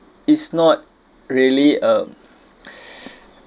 it's not really a